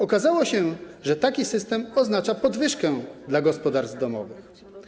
Okazało się, że taki system oznacza podwyżkę dla gospodarstw domowych.